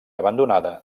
abandonada